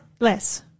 Less